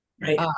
Right